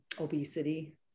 obesity